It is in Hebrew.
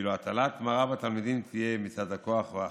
ואילו הטלת מרה בתלמידים תהיה מצד הכוח החלש.